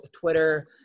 Twitter –